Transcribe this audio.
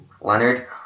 Leonard